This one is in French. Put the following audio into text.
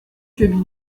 que